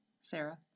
Sarah